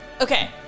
Okay